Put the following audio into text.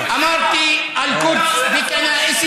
(אומר בערבית: ירושלים על כל מה שבה: כנסיות,